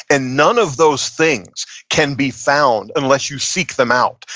and none of those things can be found unless you seek them out.